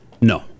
No